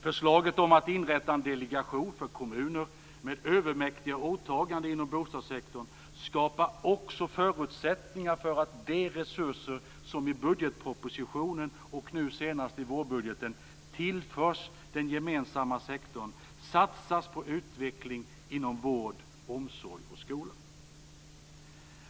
Förslaget om att inrätta en delegation för kommuner med övermäktiga åtaganden inom bostadssektorn skapar också förutsättningar för att de resurser som i budgetpropositionen och nu senast i vårbudgeten tillförs den gemensamma sektorn satsas på utveckling inom vård, omsorg och skola.